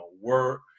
work